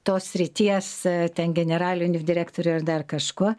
tos srities ten generaliniu direktoriu ar dar kažkuo